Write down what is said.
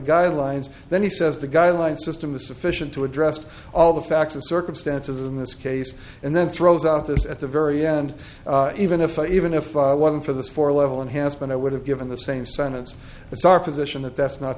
guidelines then he says the guidelines system is sufficient to address all the facts or circumstances in this case and then throws out those at the very end even if even if one for this for level one has been i would have given the same sentence as our position that that's not